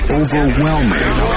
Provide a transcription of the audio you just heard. overwhelming